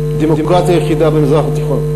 דמוקרטיה יחידה במזרח התיכון.